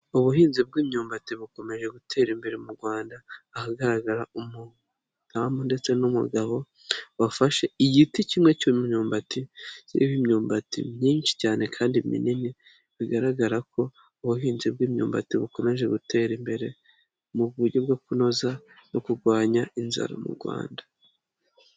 Ubuhinzi bw'imyumbati bukomeje gutera imbere mu Rwanda ahagaragara umudamu ndetse n'umugabo bafashe igiti kimwe k'imyumbati kiriho imyumbati myinshi cyane kandi minini bigaragara ko ubuhinzi bw'imyumbati bukomeje gutera imbere mu buryo bwo kunoza no kurwanya inzara mu Rwanda.